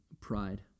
pride